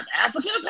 African